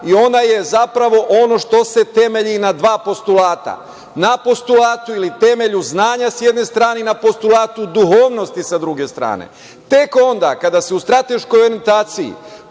i ona je zapravo ono što se temelji na dva postulata. Na postulatu ili temelju znanja sa jedne strane i na postulatu duhovnosti sa druge strane. Tek onda kada se u strateškoj orijentaciji